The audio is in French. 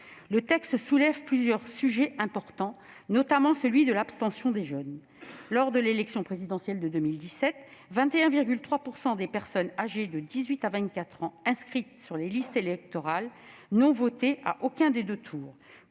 Le texte soulève, certes, plusieurs questions importantes, notamment celle de l'abstention des jeunes. Lors de l'élection présidentielle de 2017, 21,3 % des personnes âgées de 18 à 24 ans inscrites sur les listes électorales n'ont voté à aucun des deux tours,